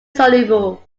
soluble